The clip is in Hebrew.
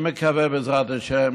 אני מקווה שבעזרת השם